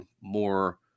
more